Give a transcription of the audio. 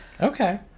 Okay